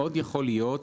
מאוד יכול להיות,